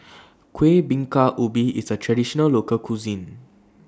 Kueh Bingka Ubi IS A Traditional Local Cuisine